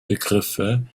begriffe